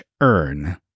earn